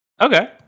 Okay